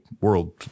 world